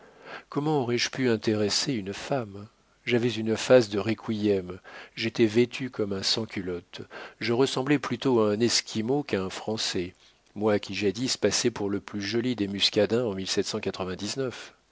comment aurais-je pu intéresser une femme j'avais une face de requiem j'étais vêtu comme un sans culotte je ressemblais plutôt à un esquimau qu'à un français moi qui jadis passais pour le plus joli des muscadins en